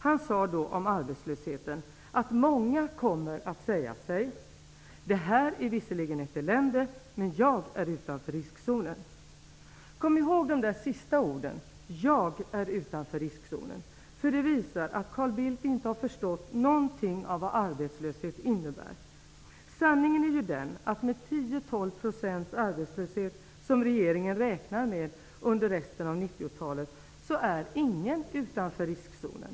Han sade då om arbetslösheten att många kommer att säga sig: ''Det här är visserligen ett elände -- men jag är utanför riskzonen.'' Kom ihåg de sista orden, ''jag är utanför riskzonen'', för det visar att Carl Bildt inte har förstått någonting av vad arbetslöshet innebär. Sanningen är ju den, att med 10-12 % arbetslöshet, som regeringen räknar med under resten av 90 talet, är ingen utanför riskzonen.